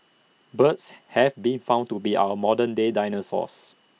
birds have been found to be our modern day dinosaurs